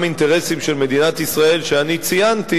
אינטרסים של מדינת ישראל שאני ציינתי,